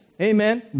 Amen